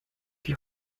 die